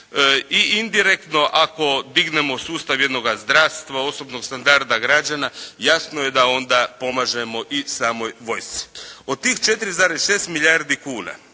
i indirektno, ako dignemo sustav jednoga zdravstva, osobnog standarda građana, jasno je da onda pomažemo i samoj vojsci. Od tih 4,6 milijardi kuna